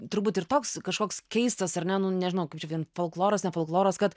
turbūt ir toks kažkoks keistas ar ne nu nežinau kaip ir vien folkloras ne folkloras kad